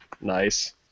Nice